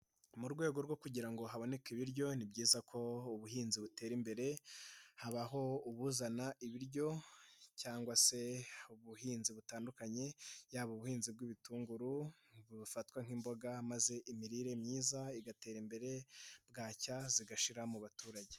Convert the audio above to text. Mu rwego rwo kugira ngo haboneke ibiryo ni byiza ko ubuhinzi butera imbere, habaho ubuzana ibiryo cyangwa se ubuhinzi butandukanye, yaba ubuhinzi bw'ibitunguru, bufatwa nk'imboga maze imirire myiza igatera imbere, bwacya zigashira mu baturage.